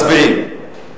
מצביעים.